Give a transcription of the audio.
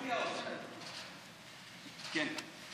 כן.